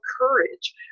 courage